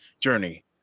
journey